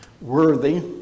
worthy